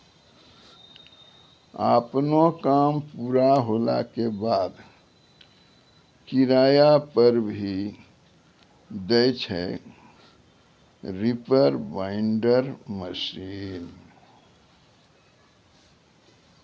आपनो काम पूरा होला के बाद, किराया पर भी दै छै रीपर बाइंडर मशीन